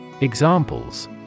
Examples